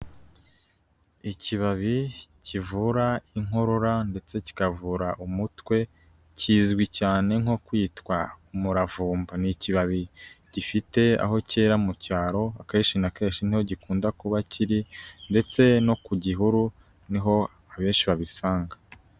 Ikibabi kivura inkorora ndetse kikavura umutwe, kizwi cyane nko kwitwa umuravumba. Ni ikibabi gifite aho cyera mu cyaro, akenshi na kenshi niho gikunda kuba kiri, ndetse no ku gihuru ni ho abenshi babisanga.